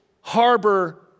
harbor